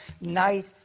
night